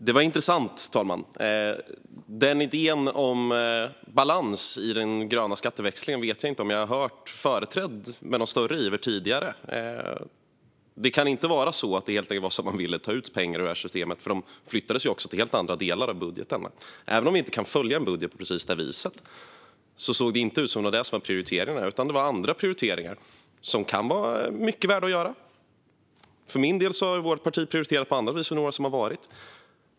Fru talman! Det var intressant. Idén om balans i den gröna skatteväxlingen vet jag inte att ni har företrätt med någon större iver tidigare. Det kan inte vara så att ni helt enkelt ville ta ut pengar ur systemet. Pengarna flyttades ju också till helt andra delar i budgetarna. Även om vi inte kan följa en budget såg det inte ut som att det var grön skatteväxling som var prioriterat, utan det gjordes andra prioriteringar som mycket väl kan vara värda att göra. För min del har vårt parti prioriterat andra saker.